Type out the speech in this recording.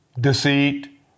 deceit